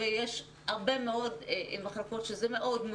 ויש הרבה מאוד מחלקות שזה קשה מאוד.